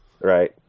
Right